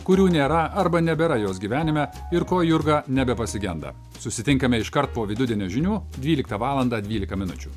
kurių nėra arba nebėra jos gyvenime ir ko jurga nebepasigenda susitinkame iškart po vidudienio žinių dvyliktą valandą dvylika minučių